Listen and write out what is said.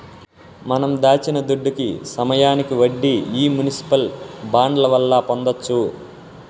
మనం దాచిన దుడ్డుకి సమయానికి వడ్డీ ఈ మునిసిపల్ బాండ్ల వల్ల పొందొచ్చు